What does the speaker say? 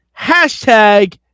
hashtag